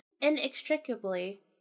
inextricably